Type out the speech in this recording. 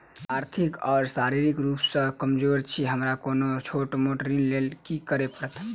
हम आर्थिक व शारीरिक रूप सँ कमजोर छी हमरा कोनों छोट मोट ऋण लैल की करै पड़तै?